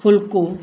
फुल्को